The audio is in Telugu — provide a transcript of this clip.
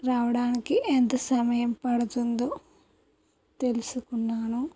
రావడానికి ఎంత సమయం పడుతుందో తెలుసుకున్నాను